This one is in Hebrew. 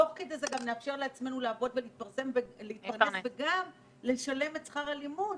תוך כדי זה גם נאפשר לעבוד ולהתפרנס וגם לשלם את שכר הלימוד,